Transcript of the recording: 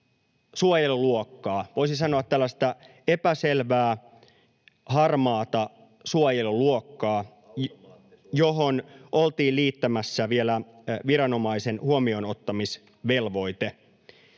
suojeluluokkaa, voisi sanoa, tällaista epäselvää, harmaata suojeluluokkaa, [Petri Huru: Automaattisuojelua!] johon oltiin liittämässä vielä viranomaisen huomioonottamisvelvoite.